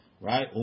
Right